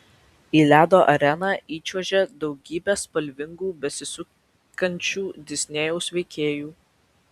į ledo areną įčiuožė daugybė spalvingų besisukančių disnėjaus veikėjų